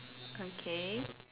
okay